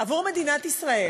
עבור מדינת ישראל.